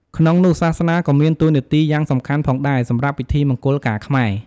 ក្នងនោះសាសនាក៏មានតួនាទីយ៉ាងសំខាន់ផងដែរសម្រាប់ពិធីមង្គលការខ្មែរ។